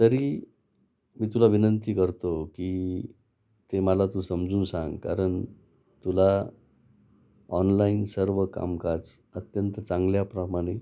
तरी मी तुला विनंती करतो की ते मला तू समजून सांग कारण तुला ऑनलाईन सर्व कामकाज अत्यंत चांगल्याप्रमाणे